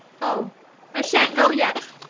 oh i shan't go yet!